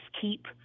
keep